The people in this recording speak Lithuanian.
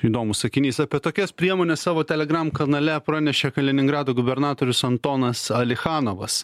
įdomus sakinys apie tokias priemones savo telegram kanale pranešė kaliningrado gubernatorius antonas alichanovas